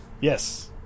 Yes